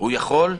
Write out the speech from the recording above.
יכול להתערב,